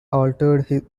altered